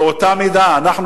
באותה מידה אנחנו,